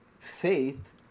Faith